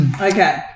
Okay